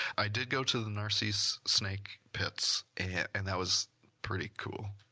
i did go to the narcisse snake pits and that was pretty cool.